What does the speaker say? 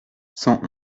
cent